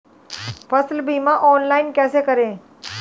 फसल बीमा ऑनलाइन कैसे करें?